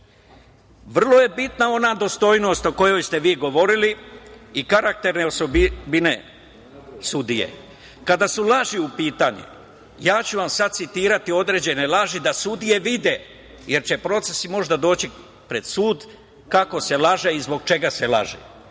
Vrlo je bitna ona dostojnost o kojoj ste vi govorili i karakterne osobine sudije. Kada su laži u pitanju, ja ću vam sada citirati određene laži, da sudije vide, jer će procesi možda doći pred sud, kako se laže i zbog čega se laže.